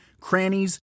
crannies